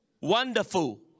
Wonderful